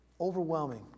Overwhelming